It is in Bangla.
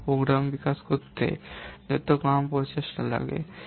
কোনও প্রোগ্রাম বিকাশ করতে যত কম প্রচেষ্টা লাগে